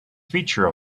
feature